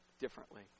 differently